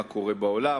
מה קורה בעולם,